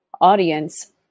audience